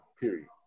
Period